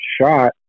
shot